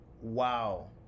Wow